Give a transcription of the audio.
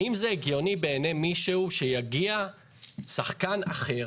האם זה הגיוני בעייני מישהו שיגיע שחקן אחר